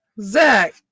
zach